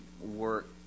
work